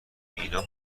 اینا